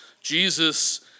Jesus